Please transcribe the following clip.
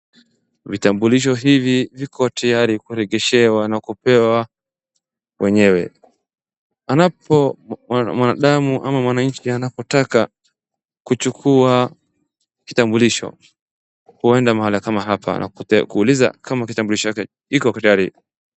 Vitambulisho hivi viko tayari kuregeshewa na kupewa wenyewe. Mwanadamu ama mwananchi anapotaka kuchukua kitambulisho ueda mahala kama hapa na kuuliza kama kitambulisho yake iko tayari.